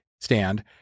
stand